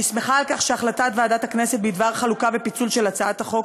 אני שמחה שהחלטת ועדת הכנסת בדבר חלוקה ופיצול של הצעת החוק